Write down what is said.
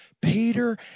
Peter